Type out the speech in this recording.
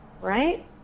right